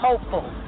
hopeful